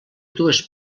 dues